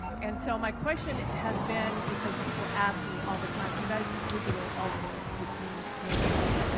and so my question has been because people ask me all the time, do you guys do digital also? which means you know search.